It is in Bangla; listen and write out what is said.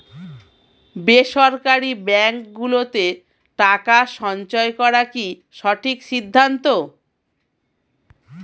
বেসরকারী ব্যাঙ্ক গুলোতে টাকা সঞ্চয় করা কি সঠিক সিদ্ধান্ত?